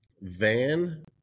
van